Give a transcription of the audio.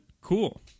Cool